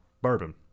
bourbon